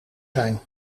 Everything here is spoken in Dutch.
zijn